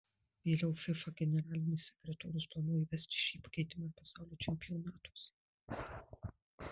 vėliau fifa generalinis sekretorius planuoja įvesti šį pakeitimą ir pasaulio čempionatuose